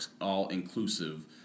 all-inclusive